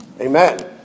Amen